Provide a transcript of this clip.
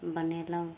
बनेलहुँ